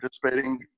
participating